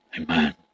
Amen